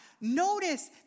Notice